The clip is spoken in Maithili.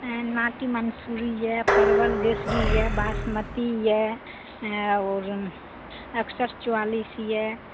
नाटी मंसूरी यऽ परमल जयश्री यऽ बासमती यऽ आओर एकसठि चौआलिस यऽ